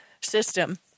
system